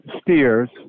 steers